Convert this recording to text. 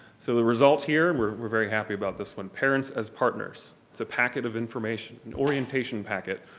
so the result here, we're we're very happy about this one. parents as partners, it's a packet of information, an orientation packet.